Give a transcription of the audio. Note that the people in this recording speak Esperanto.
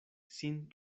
sin